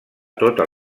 totes